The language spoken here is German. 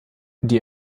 die